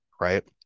right